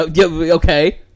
Okay